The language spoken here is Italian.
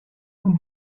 con